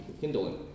kindling